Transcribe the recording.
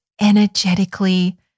energetically